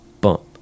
Bump